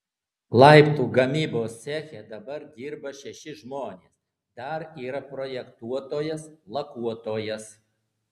laiptų gamybos ceche dabar dirba šeši žmonės dar yra projektuotojas lakuotojas